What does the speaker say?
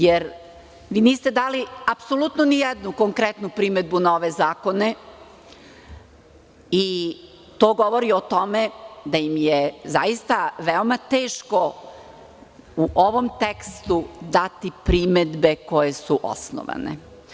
Jer, vi niste dali apsolutno nijednu konkretnu primedbu na ove zakone i to govori o tome da im je zaista veoma teško u ovom tekstu dati primedbe koje su osnovane.